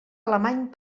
alemany